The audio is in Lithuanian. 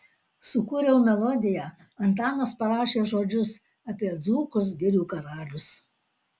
sukūriau melodiją antanas parašė žodžius apie dzūkus girių karalius